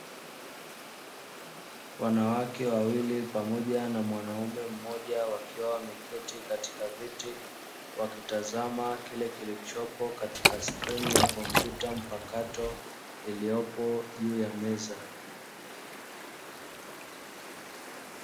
Wanawake wawili pamoja na mwanamume mmoja wakiwa wameketi katika viti wakitazama kile kilichopo katika skrini ya kompyuta mpakato iliyopo juu ya meza.